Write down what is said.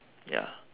ya